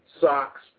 socks